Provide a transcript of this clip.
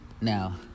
Now